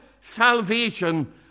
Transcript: salvation